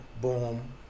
Boom